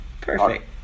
perfect